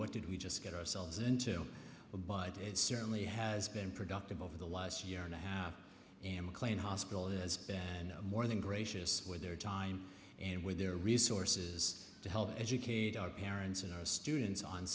what did we just get ourselves into well but it certainly has been productive over the last year and a half and mclean hospital is then more than gracious with their time and with their resources to help educate our parents and our students on